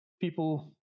people